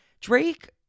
Drake